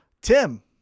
Tim